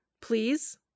please